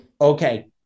Okay